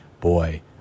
boy